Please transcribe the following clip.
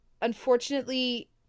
unfortunately